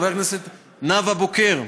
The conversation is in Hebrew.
חברת הכנסת נאוה בוקר,